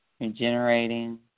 regenerating